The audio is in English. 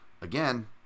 again